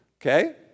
Okay